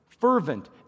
fervent